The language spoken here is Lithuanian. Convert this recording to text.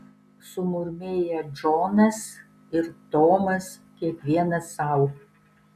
sumurmėję džonas ir tomas kiekvienas sau